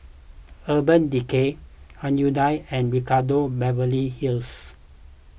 Urban Decay Hyundai and Ricardo Beverly Hills